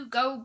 go